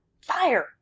Fire